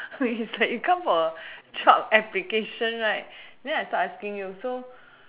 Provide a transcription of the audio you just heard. it's like you come for a job application right then I start asking you so